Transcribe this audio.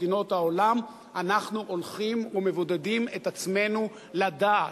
מדינות העולם אנחנו הולכים ומבודדים את עצמנו לדעת.